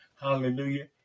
hallelujah